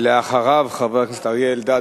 אחריו, חבר הכנסת אריה אלדד,